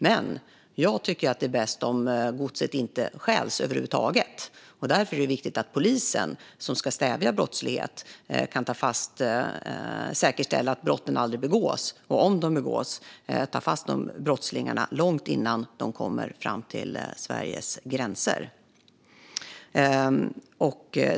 Men jag tycker att det är bäst om godset inte stjäls över huvud taget. Därför är det viktigt att polisen, som ska stävja brottslighet, kan förhindra att brotten begås men om de begås ta fast brottslingarna långt innan de kommer till Sveriges gränser.